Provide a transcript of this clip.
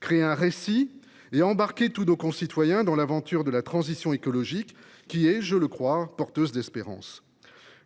créer un récit et embarquer tous nos concitoyens dans l’aventure de la transition écologique, qui est, je le crois, porteuse d’espérance.